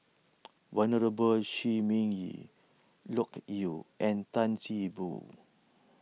Venerable Shi Ming Yi Loke Yew and Tan See Boo